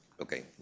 okay